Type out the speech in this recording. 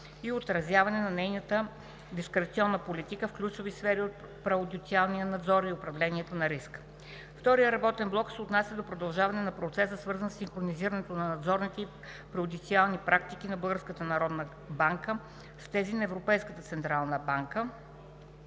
и отразяване на нейната дискреционна политика в ключови сфери от пруденциалния надзор и управлението на риска. Вторият работен блок се отнася до продължаване на процеса, свързан със синхронизирането на надзорните и пруденциални практики на Българската народна банка